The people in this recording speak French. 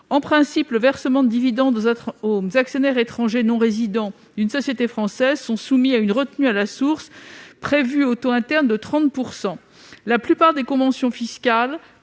En principe, les versements de dividendes aux actionnaires étrangers non-résidents d'une société française sont soumis à une retenue à la source prévue au taux interne de 30 %. La plupart des conventions fiscales